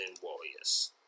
warriors